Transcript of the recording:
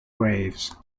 waves